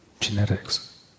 genetics